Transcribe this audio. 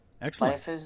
Excellent